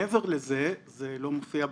מעבר לזה, זה לא מופיע במכתב,